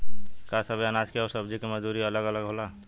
का सबे अनाज के अउर सब्ज़ी के मजदूरी अलग अलग होला?